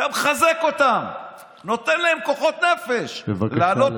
אתם מחזק אותם, נותן להם כוחות נפש, בבקשה לסיים.